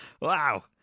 Wow